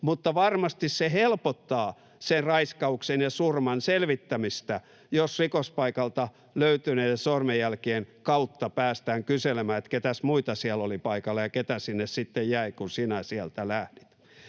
Mutta varmasti se helpottaa sen raiskauksen ja surman selvittämistä, jos rikospaikalta löytyneiden sormenjälkien kautta päästään kyselemään, että keitäs muita siellä oli paikalla ja keitä sinne sitten jäi, kun sinä sieltä lähdit.